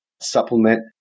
supplement